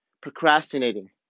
Procrastinating